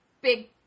big